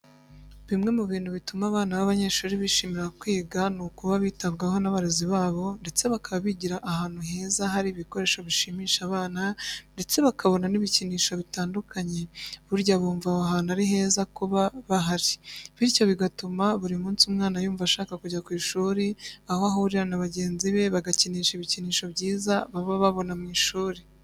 Bimwe mu bintu bituma abana b'abanyeshuri bishimira kwiga no kuba bitabwaho n'abarezi babo ndetse bakaba bigira ahantu ha ri ibikoresho bishimisha abana ndetse bakabona n'ibikinisho bitandukanye burya bumva aho hantu ari heza kuba bahari, bityo bigatuma buri munsi umwana yumva ashaka kujya ku ishuri aho ahurira na bagenzi be bagakinisha ibikinisho byiza baba babona mu ishuri.